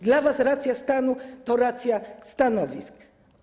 Dla was racja stanu to racja stanowisk.